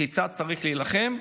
כיצד צריך להילחם.